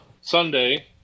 Sunday